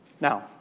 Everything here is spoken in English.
Now